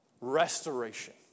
restoration